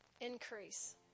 Increase